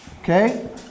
Okay